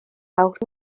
awr